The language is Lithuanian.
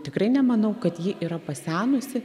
tikrai nemanau kad ji yra pasenusi